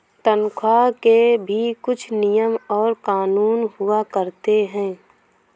तन्ख्वाह के भी कुछ नियम और कानून हुआ करते हैं